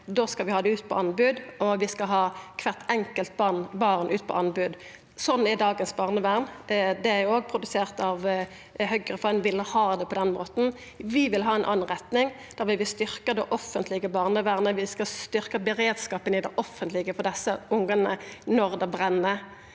Då skal vi ha det ut på anbod, vi skal ha kvart enkelt barn ut på anbod. Slik er dagens barnevern – det er også produsert av Høgre, ein ville ha det på den måten. Vi vil ha ei anna retning der vi vil styrkjer det offentlege barnevernet. Vi skal styrkja beredskapen i det offentlege for desse ungane når det brenn.